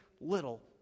little